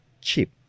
cheap